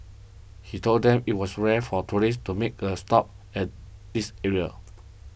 he told them it was rare for tourists to make a stop at this area